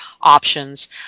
options